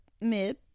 mid